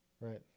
Right